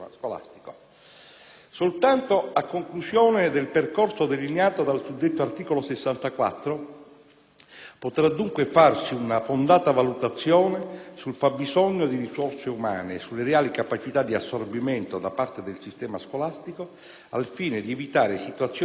Soltanto a conclusione del percorso delineato dal suddetto articolo 64 potrà dunque farsi una fondata valutazione sul fabbisogno di risorse umane e sulle reali capacità di assorbimento da parte del sistema scolastico, al fine di evitare situazioni di soprannumero